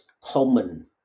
common